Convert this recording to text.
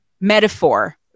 metaphor